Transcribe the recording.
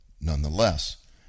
nonetheless